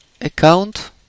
account